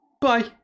bye